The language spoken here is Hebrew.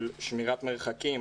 על שמירת מרחקים,